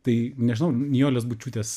tai nežinau nijolės bučiūtės